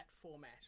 format